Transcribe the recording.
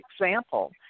example